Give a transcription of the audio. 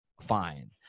Fine